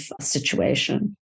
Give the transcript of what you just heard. situation